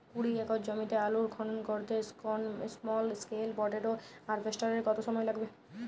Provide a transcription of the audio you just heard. কুড়ি একর জমিতে আলুর খনন করতে স্মল স্কেল পটেটো হারভেস্টারের কত সময় লাগবে?